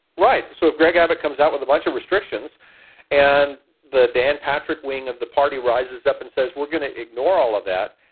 right. so if greg abbott comes out with a bunch of restrictions and the dan patrick wing of the party rises up and says, we're going to ignore all of that,